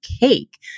Cake